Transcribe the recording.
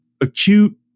acute